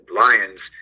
lions